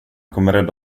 kommer